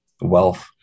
wealth